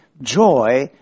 joy